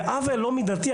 זה עוול לא מידתי.